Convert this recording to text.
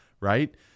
right